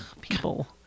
people